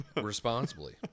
responsibly